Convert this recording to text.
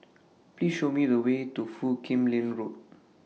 Please Show Me The Way to Foo Kim Lin Road